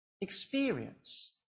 experience